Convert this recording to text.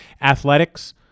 Athletics